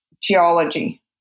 geology